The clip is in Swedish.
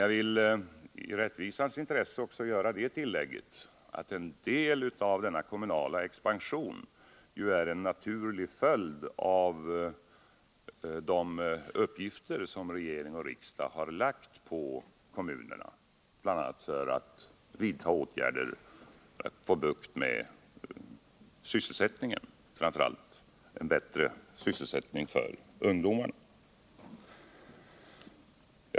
Jag vill dock i rättvisans intresse också göra det tillägget att en del av denna kommunala expansion är en naturlig följd av de uppgifter som regering och riksdag har lagt på kommunerna bl.a. för att få bukt med sysselsättningsproblemen. Det gäller framför allt strävandena att skapa en bättre sysselsättning för ungdomarna.